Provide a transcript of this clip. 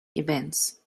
events